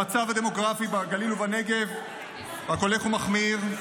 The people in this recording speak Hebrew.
המצב הדמוגרפי בגליל ובנגב רק הולך ומחמיר.